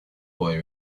boy